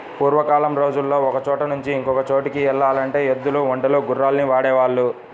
పూర్వకాలం రోజుల్లో ఒకచోట నుంచి ఇంకో చోటుకి యెల్లాలంటే ఎద్దులు, ఒంటెలు, గుర్రాల్ని వాడేవాళ్ళు